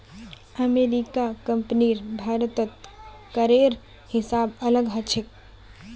अमेरिकी कंपनीर भारतत करेर हिसाब अलग ह छेक